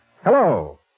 Hello